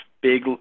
big